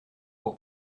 pour